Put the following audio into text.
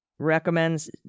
recommends